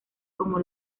como